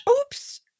Oops